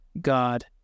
God